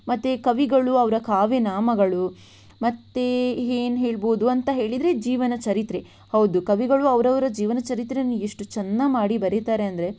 ಮತ್ತು ಕವಿಗಳು ಅವರ ಕಾವ್ಯನಾಮಗಳು ಮತ್ತು ಏನು ಹೇಳಬಹುದು ಅಂತ ಹೇಳಿದರೆ ಜೀವನಚರಿತ್ರೆ ಹೌದು ಕವಿಗಳು ಅವರವರ ಜೀವನಚರಿತ್ರೆಯನ್ನು ಎಷ್ಟು ಚಂದ ಮಾಡಿ ಬರೀತಾರೆ ಅಂದರೆ